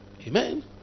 amen